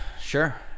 sure